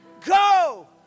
Go